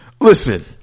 Listen